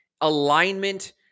alignment